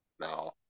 No